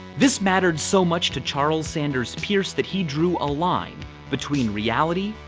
this mattered so much to charles sanders peirce that he drew a line between reality,